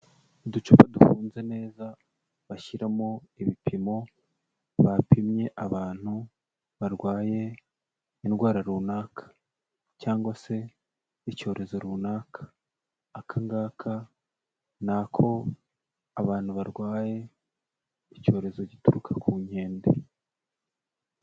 Uducupa dufunze neza bashyiramo ibipimo bapimye abantu barwaye indwara runaka, cyangwa se icyorezo runaka, aka ngaka, ni ako abantu barwaye icyorezo gituruka ku nkende.